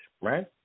right